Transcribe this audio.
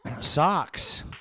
Socks